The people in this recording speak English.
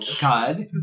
God